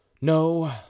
No